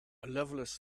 loveless